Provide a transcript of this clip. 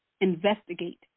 investigate